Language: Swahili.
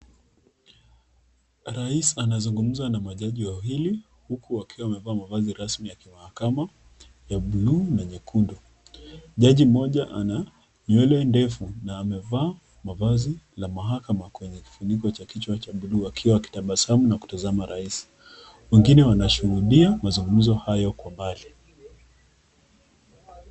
Rais anazungumza na majaji wawili, huku wakiwa wamevaa mavazi rasmi ya kimahakama, ya blue na nyekundu. Jaji moja ana nywele ndefu na amevaa mavazi la mahakama kwenye kifuniko cha kichwa cha blue wakiwa wakitabasamu na kutazama Rais . Wengine wanashuhudia mazungumzo hayo kwa mbali.